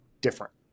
different